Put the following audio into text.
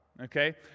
Okay